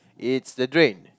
it's the drain